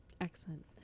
Excellent